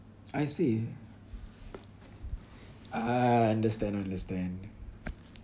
I see ah understand understand